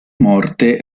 morte